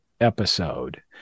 episode